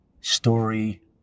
story